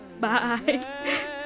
bye